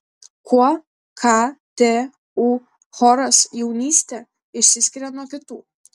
kuo ktu choras jaunystė išsiskiria nuo kitų